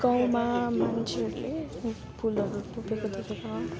गाउँमा मान्छेहरूले फुलहरू रोपेको देखेर